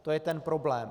To je ten problém.